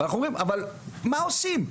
אנחנו אומרים אבל מה עושים.